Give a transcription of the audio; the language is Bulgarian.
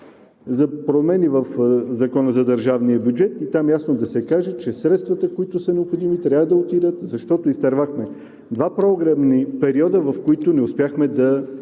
за държавния бюджет и там ясно да се каже, че средствата, които са необходими, трябва да отидат. Изтървахме два програмни периода, в които не успяхме да